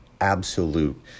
absolute